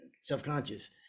self-conscious